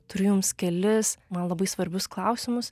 turiu jums kelis man labai svarbius klausimus